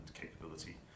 capability